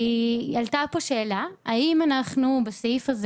עלתה פה שאלה האם אנחנו בסעיף הזה